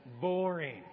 boring